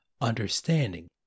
understanding